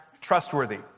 trustworthy